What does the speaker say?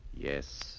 Yes